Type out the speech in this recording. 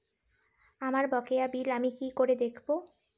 আমার বকেয়া বিল আমি কি করে দেখব?